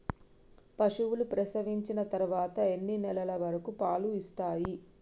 పశువులు ప్రసవించిన తర్వాత ఎన్ని నెలల వరకు పాలు ఇస్తాయి?